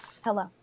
Hello